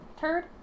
turd